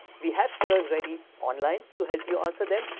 we have peers ready online to help you answer them.